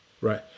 right